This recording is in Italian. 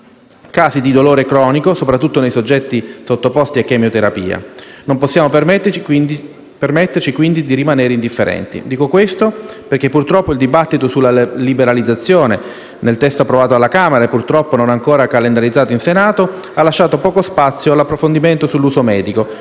casi di dolore cronico, soprattutto nei soggetti sottoposti a chemioterapia. Non possiamo permetterci, quindi, di rimanere indifferenti. Dico questo perché purtroppo il dibattito sulla liberalizzazione (nel testo approvato alla Camera e purtroppo non ancora calendarizzato in Senato) ha lasciato poco spazio all'approfondimento sull'uso medico,